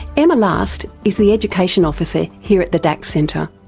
emma last is the education officer here at the dax centre.